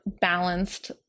balanced